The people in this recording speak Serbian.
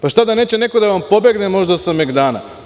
Pa šta da neće neko da vam pobegne sa megdana.